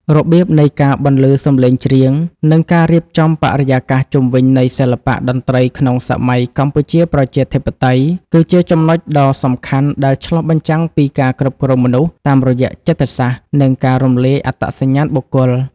របៀបនៃការបន្លឺសំឡេងច្រៀង និងការរៀបចំបរិយាកាសជុំវិញនៃសិល្បៈតន្ត្រីក្នុងសម័យកម្ពុជាប្រជាធិបតេយ្យ គឺជាចំណុចដ៏សំខាន់ដែលឆ្លុះបញ្ចាំងពីការគ្រប់គ្រងមនុស្សតាមរយៈចិត្តសាស្ត្រ និងការរំលាយអត្តសញ្ញាណបុគ្គល។